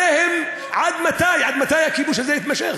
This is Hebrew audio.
הרי הם, עד מתי, עד מתי הכיבוש הזה יתמשך?